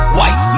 White